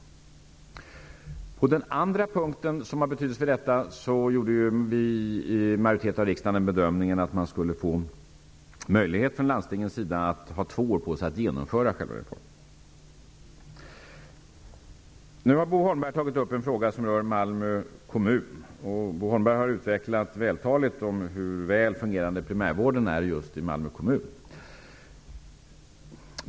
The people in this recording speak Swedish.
När det gäller den andra punkten som har betydelse för detta gjorde majoriteten av riksdagen bedömningen att landstingen skulle få möjlighet att ha två år på sig för att genomföra själva reformen. Bo Holmberg har tagit upp en fråga som rör Malmö kommun. Han har talande utvecklat hur väl fungerande primärvården är just i Malmö kommun.